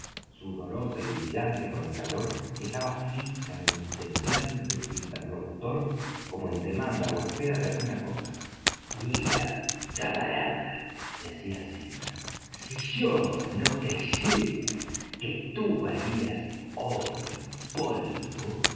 sudorosa y brillante con el calor estaba fija en el semblante de su interlocutor como en demanda ó espera de alguna cosa mira camarada decía silver si yo no creyera que tú valías oro en polvo